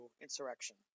Insurrection